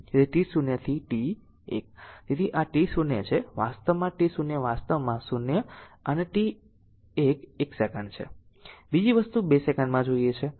તેથી t 0 થી t 1 તેથી આ t0 છે વાસ્તવમાં t 0 વાસ્તવમાં 0 અને t 1 એક સેકન્ડ છે બીજી વસ્તુ 2 સેકન્ડમાં જોઈએ છે